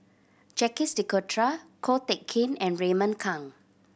Jacques De Coutre Ko Teck Kin and Raymond Kang